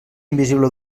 invisible